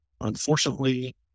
Unfortunately